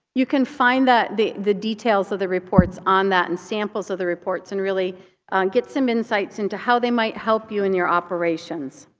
you can find the the details of the reports on that and samples of the reports and really get some insights into how they might help you in your operations.